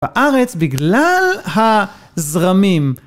בארץ בגלל הזרמים.